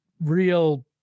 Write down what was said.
real